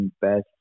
best